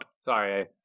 sorry